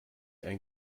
ein